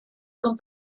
con